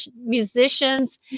musicians